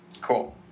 Cool